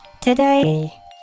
Today